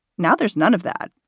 now, there's none of that.